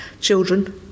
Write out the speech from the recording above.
children